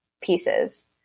pieces